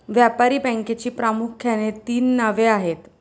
व्यापारी बँकेची प्रामुख्याने तीन नावे आहेत